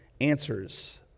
answers